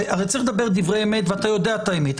הרי צריך לדבר דברי אמת ואתה יודע את האמת.